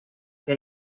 que